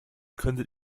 könntet